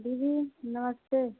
दीदी नमस्ते